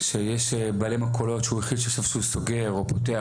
שיש בעלי מכולות שהוא החליט שהוא סוגר או פותח,